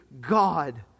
God